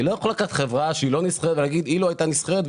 אני לא יכול לקחת וחברה שהיא לא נסחרת ולהגיד אילו היתה נסחרת.